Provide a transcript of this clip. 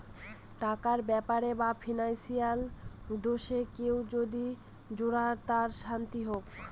টাকার ব্যাপারে বা ফিনান্সিয়াল দোষে কেউ যদি জড়ায় তার শাস্তি হোক